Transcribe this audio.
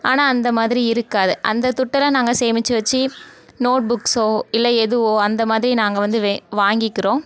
ஆனால் அந்த மாதிரி இருக்காது அந்த துட்டு எல்லாம் நாங்கள் சேமிச்சு வச்சு நோட் புக்ஸோ இல்லை எதுவோ அந்தமாதிரி நாங்கள் வந்து வே வாங்கிக்கிறோம்